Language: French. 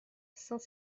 saint